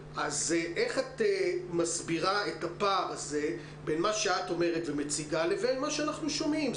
איך מסבירה את הפער הזה בין מה שאת אומרת ומציגה לבין מה שאנחנו שומעים?